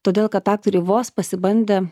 todėl kad aktoriai vos pasibandė